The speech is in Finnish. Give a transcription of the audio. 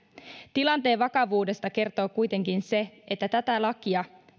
tilanteen vakavuudesta kertoo kuitenkin se että tätä lakia